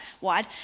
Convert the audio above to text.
wide